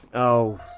oh,